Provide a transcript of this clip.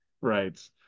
Right